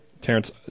Terrence